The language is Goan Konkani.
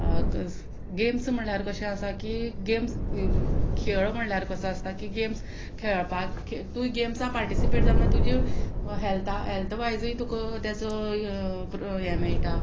गेम्स म्हणल्यार कशें आसा की गेम्स खेळ म्हणल्यार कसो आसता की गेम्स खेळपाक तूं गेम्सां पार्टिसिपेट जावं तुजी हेल्था हेल्थवायजूय तुका तेचो हे मेयटा